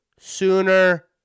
Sooner